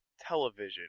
Television